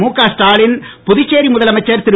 முக ஸ்டாலின் புதுச்சேரி முதலமைச்சர் திரு